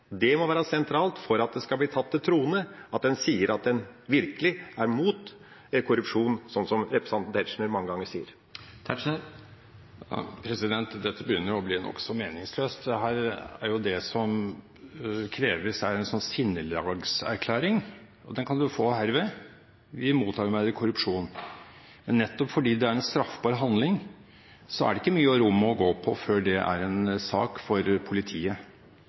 Det må være sentralt for at det skal stå til troende når en sier at en virkelig er mot korrupsjon, sånn som representanten Tetzschner mange ganger sier. Dette begynner å bli nokså meningsløst. Det som kreves, er en slags sinnelagserklæring. Den kan Lundteigen få herved! Vi motarbeider korrupsjon. Nettopp fordi det er en straffbar handling, er det ikke mye rom å gå på før det er en sak for politiet.